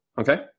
Okay